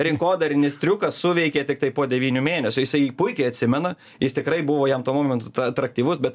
rinkodarinis triukas suveikė tiktai po devynių mėnesių jisai puikiai atsimena jis tikrai buvo jam tuo momentu atraktyvus bet